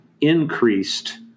increased